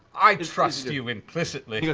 i trust you implicitly.